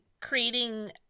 creating